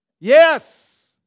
Yes